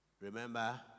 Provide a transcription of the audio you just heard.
Remember